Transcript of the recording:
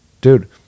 dude